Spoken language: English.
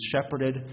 shepherded